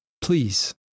please